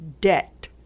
debt